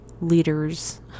leaders